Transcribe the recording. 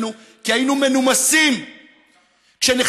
כשהוא יסיים אתה